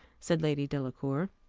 said lady delacour.